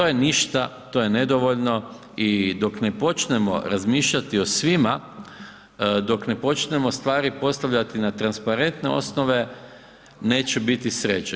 To je ništa, to je nedovoljno i dok ne počnemo razmišljati o svima, dok ne počnemo stvari postavljati na transparentne osnove neće biti sreće.